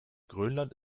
grönland